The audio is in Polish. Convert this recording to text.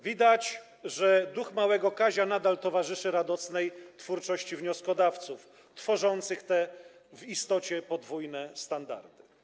Widać, że duch małego Kazia nadal towarzyszy radosnej twórczości wnioskodawców, którzy tworzą te w istocie podwójne standardy.